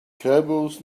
cables